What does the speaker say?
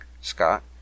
Scott